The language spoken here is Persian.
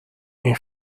این